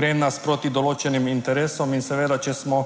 gre nasproti določenim interesom in seveda, če smo